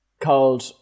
called